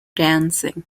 dancing